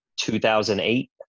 2008